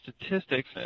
statistics